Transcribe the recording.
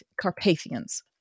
Carpathians